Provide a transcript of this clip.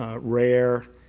ah rare.